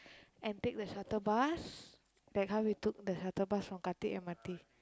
and take the shuttle bus like how we took the shuttle bus from Khatib M_R_T